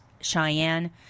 Cheyenne